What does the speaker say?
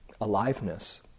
aliveness